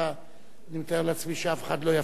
אני מתאר לעצמי שאף אחד לא יפריע לך היום.